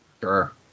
Sure